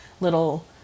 little